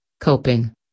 Coping